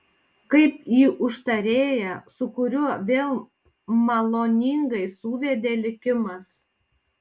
kaip į užtarėją su kuriuo vėl maloningai suvedė likimas